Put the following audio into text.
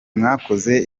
mwakoze